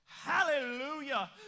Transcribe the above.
Hallelujah